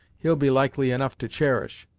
he'll be likely enough to cherish.